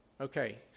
Okay